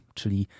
czyli